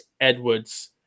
Edwards